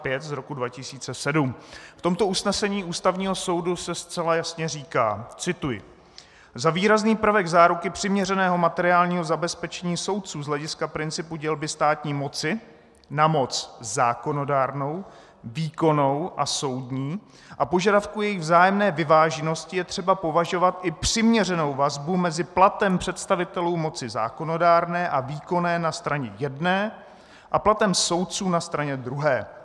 V tomto usnesení Ústavního soudu se zcela jasně říká cituji: Za výrazný prvek záruky přiměřeného materiálního zabezpečení soudců z hlediska principu dělby státní moci na moc zákonodárnou, výkonnou a soudní a požadavků jejich vzájemné vyváženosti je třeba považovat i přiměřenou vazbu mezi platem představitelů moci zákonodárné a výkonné na straně jedné a platem soudců na straně druhé.